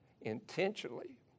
intentionally